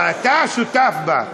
ואתה שותף בה.